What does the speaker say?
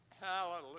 Hallelujah